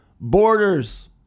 borders